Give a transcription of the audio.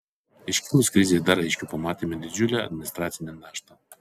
iškilus krizei dar aiškiau pamatėme didžiulę administracinę naštą